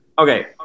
Okay